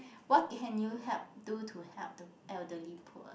what can you help do to help the elderly poor